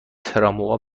تراموا